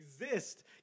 exist